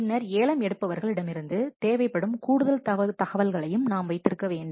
பின்னர் ஏலம் எடுப்பவர்களிடமிருந்து தேவைப்படும் கூடுதல் தகவல்களையும் நாம் வைத்திருக்க வேண்டும்